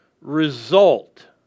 result